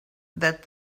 that